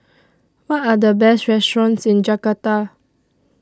What Are The Best restaurants in Jakarta